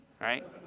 right